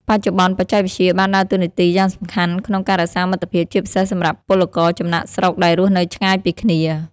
បច្ចុប្បន្ន បច្ចេកវិទ្យាបានដើរតួនាទីយ៉ាងសំខាន់ក្នុងការរក្សាមិត្តភាព ជាពិសេសសម្រាប់ពលករចំណាកស្រុកដែលរស់នៅឆ្ងាយពីគ្នា ។